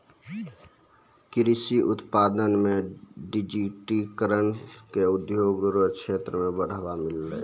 कृषि उत्पादन मे डिजिटिकरण से उद्योग रो क्षेत्र मे बढ़ावा मिलै छै